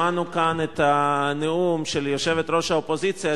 שמענו כאן את הנאום של יושבת-ראש האופוזיציה,